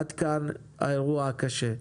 עד כאן האירוע הקשה.